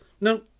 No